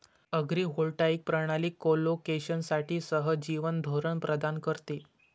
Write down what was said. agrivoltaic प्रणाली कोलोकेशनसाठी सहजीवन धोरण प्रदान करते